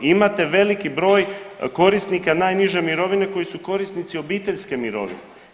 Imate veliki broj korisnika najniže mirovine koji su korisnici obiteljske mirovine.